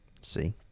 See